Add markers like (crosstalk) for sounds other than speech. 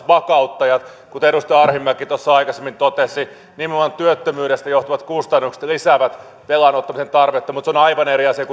(unintelligible) vakauttajat kuten edustaja arhinmäki tuossa aikaisemmin totesi nimenomaan työttömyydestä johtuvat kustannukset lisäävät velan ottamisen tarvetta mutta se on on aivan eri asia (unintelligible)